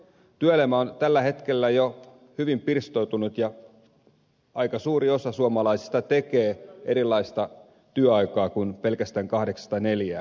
työelämä on tällä hetkellä jo hyvin pirstoutunut ja aika suuri osa suomalaisista tekee erilaista työaikaa kuin pelkästään kahdeksasta neljään